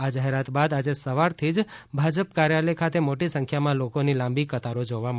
આ જાહેરાત બાદ આજે સવારથી જ ભાજપ કાર્યાલય ખાતે મોટી સંખ્યામાં લોકોની લાંબી કતારો જોવા મળી હતી